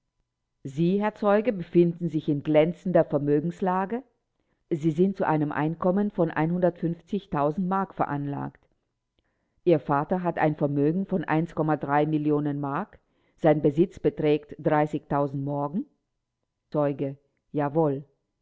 sie herr zeuge befinden sich in glänzender vermögenslage sie sind zu einem einkommen von mark veranlagt ihr vater hat ein vermögen von mark sein besitz beträgt morgen zeuge jawohl